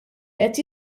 qed